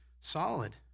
solid